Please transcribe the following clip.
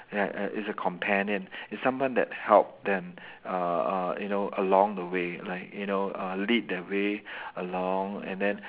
like like it's a companion it's someone that help them uh uh you know along the way like you know uh lead the way along and then